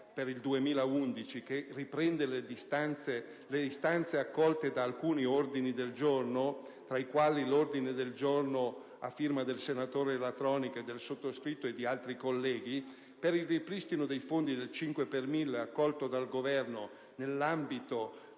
2011, che riprende le istanze accolte da alcuni ordini del giorno, tra i quali l'ordine del giorno a firma del senatore Latronico, del sottoscritto e di altri colleghi per il ripristino dei fondi per il 5 per mille, accolto dal Governo nell'ambito